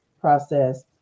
process